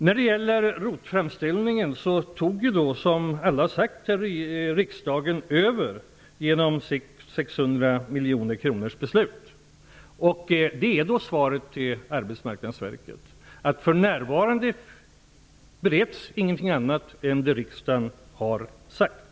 När det gäller ROT-framställningen tog, som alla här har sagt, riksdagen över genom sitt beslut om de 600 miljonerna. Svaret till Arbetsmarknadsverket är alltså: För närvarande bereds ingenting annat än det som riksdagen har sagt.